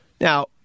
Now